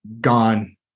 gone